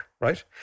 right